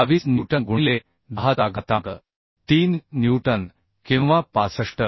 22 newton गुणिले 10 चा घातांक 3 न्यूटन किंवा 65